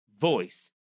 voice